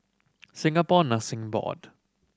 Singapore Nursing Board